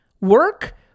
work